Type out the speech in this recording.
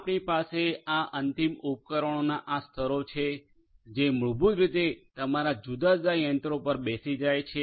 આપણી પાસે આ અંતિમ ઉપકરણોના આ સ્તરો છે જે મૂળભૂત રીતે તમારા જુદા જુદા યંત્રો પર બેસી જાય છે